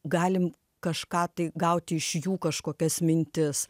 galim kažką tai gauti iš jų kažkokias mintis